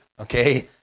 Okay